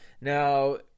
Now